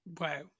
Wow